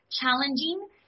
challenging